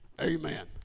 amen